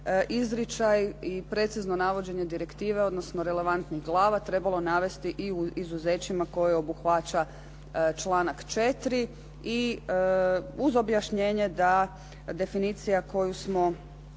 izričaj i precizno navođenje direktive, odnosno relevantnih glava trebalo navesti i u izuzećima koje obuhvaća članak 4.. I uz objašnjenje da definicija koju smo